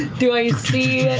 do i see